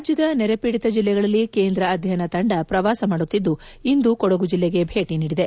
ರಾಜ್ಞದ ನೆರೆ ಪೀಡಿತ ಜಿಲ್ಲೆಗಳಲ್ಲಿ ಕೇಂದ್ರ ಅಧ್ಯಯನ ತಂಡ ಪ್ರವಾಸ ಮಾಡುತಿದ್ದು ಇಂದು ಕೊಡಗು ಜಿಲ್ಲೆಗೆ ಭೇಟಿ ನೀಡಿದೆ